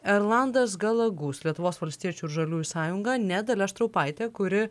erlandas galagus lietuvos valstiečių žaliųjų sąjunga ne dalia štraupaitė kuri